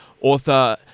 author